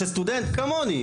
שסטודנט כמוני,